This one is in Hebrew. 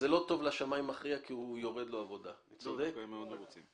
דווקא הם מאוד מרוצים.